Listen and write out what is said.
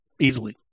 easily